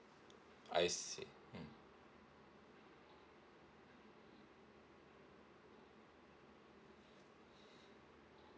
I see mm